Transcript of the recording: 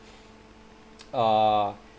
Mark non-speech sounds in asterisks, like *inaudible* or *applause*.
*noise* uh